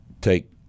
take